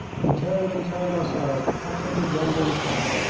we turned and turned our sails to catch every wandering puff,